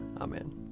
Amen